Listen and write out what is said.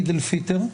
עיד אל-פיטר.